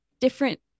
different